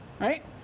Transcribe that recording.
right